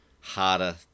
harder